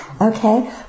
Okay